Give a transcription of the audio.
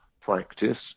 practice